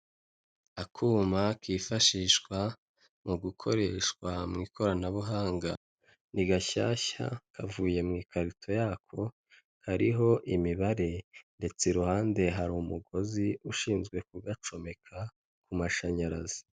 Akuma kifashishwa mu gukoreshwa mu ikoranabuhanga, ni gashyashya kavuye mu ikarito yako hariho imibare, ndetse iruhande hari umugozi ushinzwe kugacomeka ku mashanyarazi.